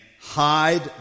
hide